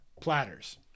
platters